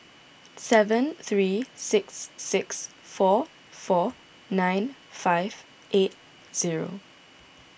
seven three six six four four nine five eight zero